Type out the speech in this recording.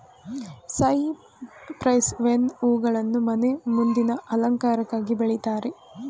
cypress vine ಹೂಗಳನ್ನು ಮನೆ ಮುಂದಿನ ಅಲಂಕಾರಕ್ಕಾಗಿ ಬೆಳಿತಾರೆ